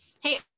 Hey